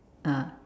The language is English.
ah